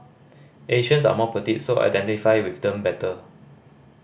Asians are more petite so I identify with them better